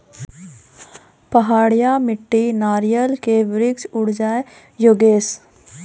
पहाड़िया मिट्टी नारियल के वृक्ष उड़ जाय योगेश?